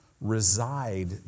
reside